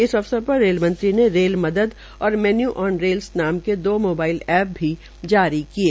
इस अवसर पर रेल मंत्री ने रेल मदद और मैन्यू ऑन रेल्स नामक दो मोबाइल एप भी जारी किये